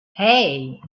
hey